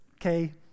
okay